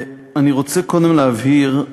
אני רוצה קודם להבהיר,